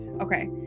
Okay